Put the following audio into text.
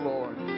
Lord